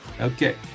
Okay